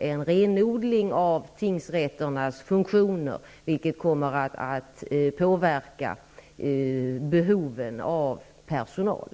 en renodling av tingsrätternas funktioner, vilket kommer att påverka behovet av personal.